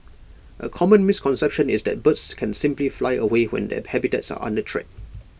A common misconception is that birds can simply fly away when their habitats are under threat